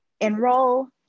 enroll